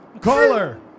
Caller